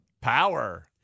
Power